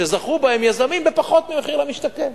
שזכו בהם יזמים בפחות ממחיר למשתכן,